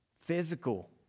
physical